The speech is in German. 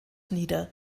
nieder